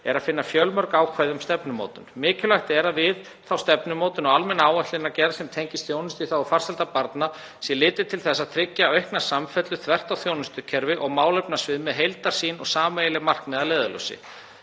er að finna fjölmörg ákvæði um stefnumótun. Mikilvægt er að við þá stefnumótun og almenna áætlanagerð sem tengist þjónustu í þágu farsældar barna sé litið til þess að tryggja aukna samfellu þvert á þjónustukerfi og málefnasvið með heildarsýn og sameiginleg markmið að leiðarljósi.